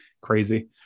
crazy